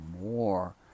more